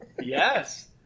yes